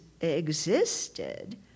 existed